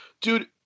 dude